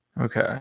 Okay